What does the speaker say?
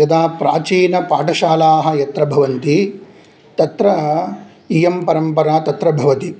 यदा प्राचीनपाठशालाः यत्र भवन्ति तत्र इयं परम्परा तत्र भवति